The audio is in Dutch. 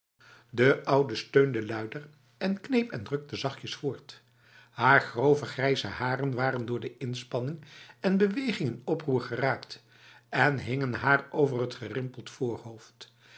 de oude steunde luider en kneep en drukte zachtjes voort haar grove grijze haren waren door de inspanning en beweging in oproer geraakt en hingen haar over het gerimpeld voorhoofd